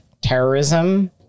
terrorism